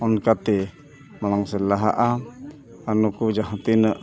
ᱚᱱᱠᱟᱛᱮ ᱢᱟᱲᱟᱝ ᱥᱮᱫ ᱞᱟᱦᱟᱜᱼᱟ ᱟᱨ ᱱᱩᱠᱩ ᱡᱟᱦᱟᱸ ᱛᱤᱱᱟᱹᱜ